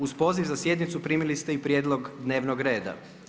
Uz poziv za sjednicu primili ste i prijedlog dnevnog reda.